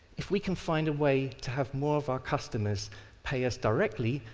if we can find a way to have more of our customers pay us directly,